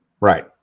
Right